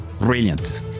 Brilliant